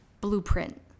blueprint